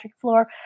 floor